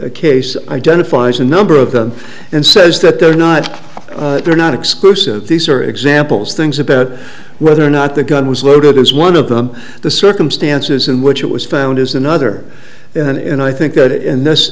maquis case identifies a number of them and says that they're not they're not exclusive these are examples things about whether or not the gun was loaded was one of them the circumstances in which it was found is another and i think that in this